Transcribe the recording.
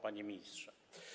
Panie Ministrze!